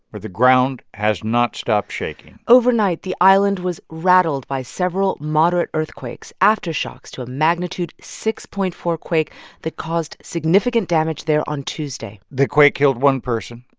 where the ground has not stopped shaking overnight, the island was rattled by several moderate earthquakes, aftershocks to a magnitude six point four quake that caused significant damage there on tuesday the quake killed one person,